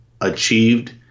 achieved